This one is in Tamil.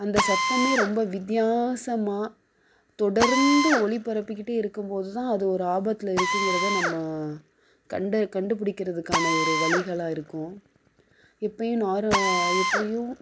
அந்த சத்தமே ரொம்ப வித்தியாசமாக தொடர்ந்து ஒளிபரப்பிக்கிட்டே இருக்கும்போதுதான் அது ஒரு ஆபத்தில் இருக்குங்கிறதை நம்ம கண்டு கண்டுபிடிக்கிறதுக்கான ஒரு வழிகளா இருக்கும் இப்பையும் நாரு இப்பையும்